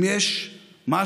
אם יש משהו